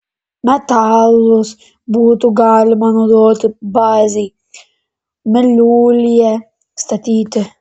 metalus būtų galima naudoti bazei mėnulyje statyti